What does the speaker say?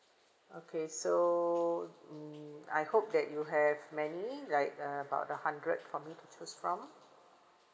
okay so mm I hope that you have many like uh about a hundred for me to choose from